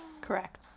Correct